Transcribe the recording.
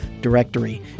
directory